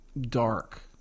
Dark